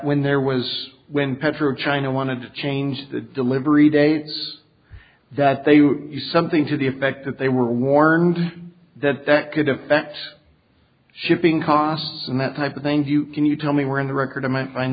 when there was when petro china wanted to change the delivery dates that they would use something to the effect that they were warned that that could affect shipping costs and that type of things you can you tell me we're on the record in m